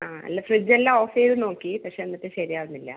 ആ അല്ല ഫ്രിഡ്ജ് എല്ലാം ഓഫ് ചെയ്തു നോക്കി പക്ഷെ എന്നിട്ടും ശരി ആവുന്നില്ല